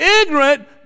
ignorant